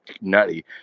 nutty